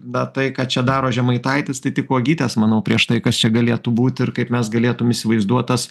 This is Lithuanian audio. na tai ką čia daro žemaitaitis tai tik uogytės manau prieš tai kas čia galėtų būt ir kaip mes galėtum įsivaizduoti tas